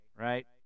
right